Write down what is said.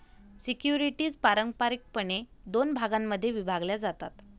securities पारंपारिकपणे दोन भागांमध्ये विभागल्या जातात